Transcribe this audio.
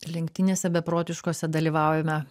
lenktynėse beprotiškose dalyvaujame